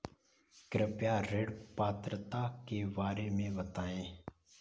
कृपया ऋण पात्रता के बारे में बताएँ?